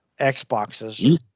Xboxes